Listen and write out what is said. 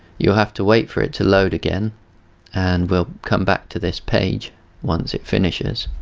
you'll have to wait for it to load again and we'll come back to this page once it finishes.